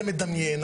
זה מדמיין,